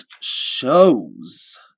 shows